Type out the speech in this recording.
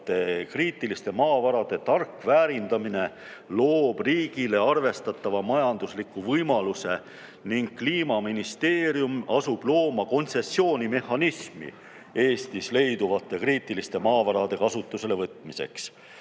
kriitilise tähtsusega maavarade tark väärindamine loob riigile arvestatava majandusliku võimaluse, ning Kliimaministeerium asub looma kontsessioonimehhanismi Eestis leiduvate kriitilise tähtsusega maavarade kasutusele võtmiseks.